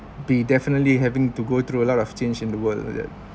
be definitely having to go through a lot of change in the world that